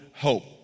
hope